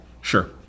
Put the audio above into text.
Sure